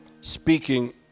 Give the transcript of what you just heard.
speaking